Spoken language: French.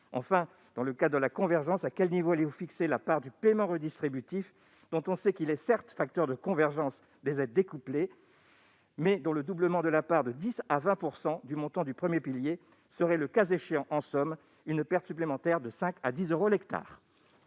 Enfin, dans le cadre de la convergence, à quel niveau allez-vous fixer la part du paiement redistributif, dont on sait qu'il est, certes, un facteur de convergence des aides découplées, mais dont le doublement de la part, de 10 % à 20 % du montant du premier pilier, entraînerait, dans la Somme, une perte supplémentaire de 5 euros à 10 euros l'hectare